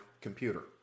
computer